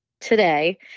today